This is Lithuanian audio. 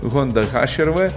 honda haš ir v